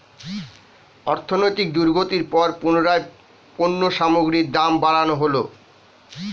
অর্থনৈতিক দুর্গতির পর পুনরায় পণ্য সামগ্রীর দাম বাড়ানো হলো